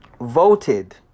voted